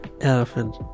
elephant